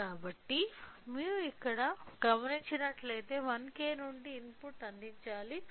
కాబట్టి మీరు ఇక్కడ గమనించినట్లయితే 1K నుండి ఇన్పుట్ అందించాలి